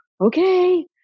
okay